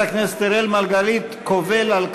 חבר הכנסת אראל מרגלית קובל,